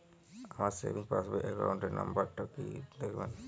আমার সেভিংস পাসবই র অ্যাকাউন্ট নাম্বার টা দেখাবেন?